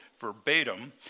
verbatim